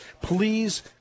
Please